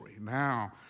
Now